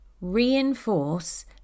reinforce